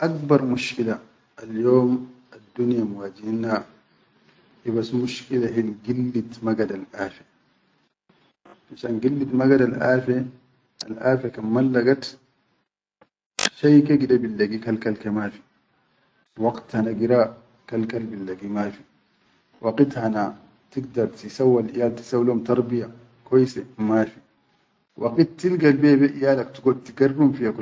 Akbar mushkila alyam addunya miwajihinna hibas mushkila hil gillit magadal afe fishan gillil magadal afe, al afe kan mallagat shai ke gide billagi mafi, waqit hana tigdar tisawwal iyal, tisaw lom tarbiya kwaise mafi, waqit tilga be iyalak tigar.